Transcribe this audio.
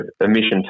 emission